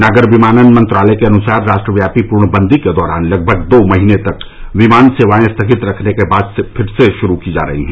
नागर विमानन मंत्रालय के अनुसार राष्ट्रव्यापी पूर्णबंदी के दौरान लगभग दो महीने तक विमान सेवाएं स्थगित रखने के बाद फिर से शुरू की जा रही हैं